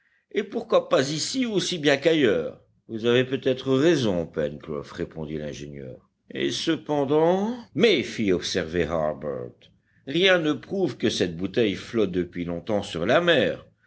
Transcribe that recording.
et pourquoi pas ici aussi bien qu'ailleurs vous avez peut-être raison pencroff répondit l'ingénieur et cependant mais fit observer harbert rien ne prouve que cette bouteille flotte depuis longtemps sur la mer